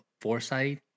foresight